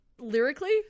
lyrically